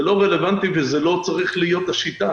זה לא רלוונטי ולא צריך להיות השיטה.